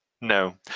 no